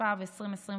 התשפ"ב 2021,